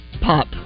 Pop